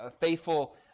faithful